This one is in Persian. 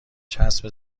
چسب